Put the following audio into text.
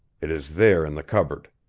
it is there in the cupboard.